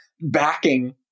backing